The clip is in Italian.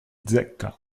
zecca